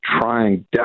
trying